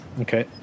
okay